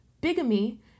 bigamy